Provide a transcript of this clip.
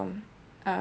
uh